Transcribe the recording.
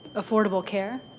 affordable care.